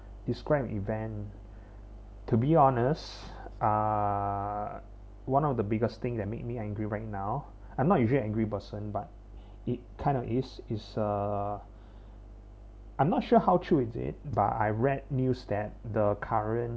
describe an event to be honest uh one of the biggest thing that make me angry right now I'm not even angry person but it kind of is is uh I'm not sure how true is it but I read news that the current